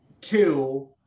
two